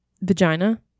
Vagina